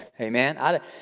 Amen